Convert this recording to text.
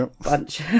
bunch